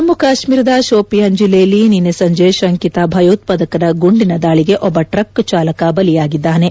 ಜಮ್ನು ಕಾಶ್ನೀರದ ಶೋಪಿಯಾನ್ ಜಿಲ್ಲೆಯಲ್ಲಿ ನಿನ್ನೆ ಸಂಜೆ ಶಂಕಿತ ಭಯೋತ್ಪಾದಕರ ಗುಂಡಿನ ದಾಳಿಗೆ ಒಬ್ಬ ಟ್ರಕ್ ಚಾಲಕ ಬಲಿಯಾಗಿದ್ದಾನೆ